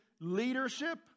leadership